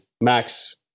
Max